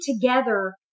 together